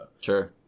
Sure